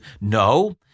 no